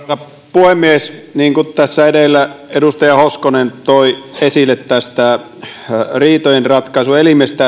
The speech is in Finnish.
puhemies niin kuin tässä edellä edustaja hoskonen toi esille tämän riitojenratkaisuelimen